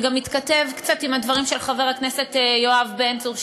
זה גם מתכתב קצת עם הדברים של החבר הכנסת יואב בן צור,